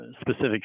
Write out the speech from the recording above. specific